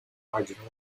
marginal